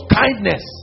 kindness